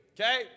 Okay